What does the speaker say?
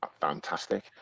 fantastic